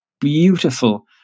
beautiful